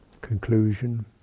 conclusion